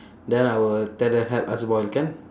then I will tell them help us boil can